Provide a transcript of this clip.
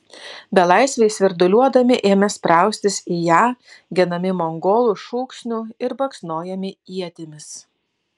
belaisviai svirduliuodami ėmė spraustis į ją genami mongolų šūksnių ir baksnojami ietimis